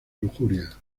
lujuria